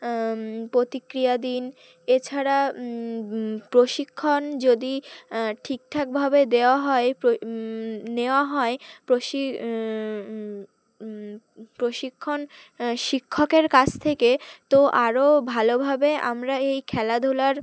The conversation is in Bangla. প্রতিক্রিয়া দিন এছাড়া প্রশিক্ষণ যদি ঠিক ঠাকভাবে দেওয়া হয় নেওয়া হয় প্রশি প্রশিক্ষণ শিক্ষকের কাছ থেকে তো আরও ভালোভাবে আমরা এই খেলাধুলার